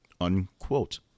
unquote